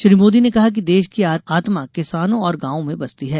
श्री मोदी ने कहा कि देश की आत्मा किसानों और गांवों में बसती है